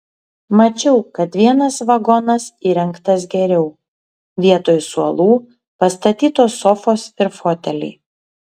mačiau kad vienas vagonas įrengtas geriau vietoj suolų pastatytos sofos ir foteliai